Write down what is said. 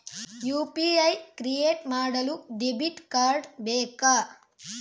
UPI create ಮಾಡಲು debit card ಬೇಕಾ?